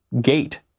gate